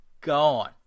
gone